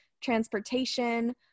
transportation